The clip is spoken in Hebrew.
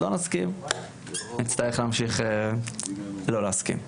ואם לא נסכים נצטרך להמשיך לא להסכים.